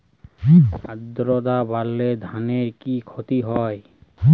আদ্রর্তা বাড়লে ধানের কি ক্ষতি হয়?